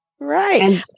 Right